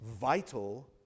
vital